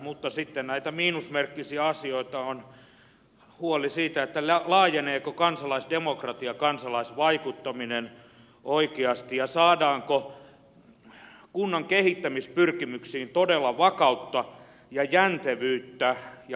mutta sitten näitä miinusmerkkisiä asioita on huoli siitä laajeneeko kansalaisdemokratia kansalaisvaikuttaminen oikeasti ja saadaanko kunnan kehittämispyrkimyksiin todella vakautta ja jäntevyyttä ja parempaa tulevaisuuden ennakointia